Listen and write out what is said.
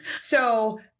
so-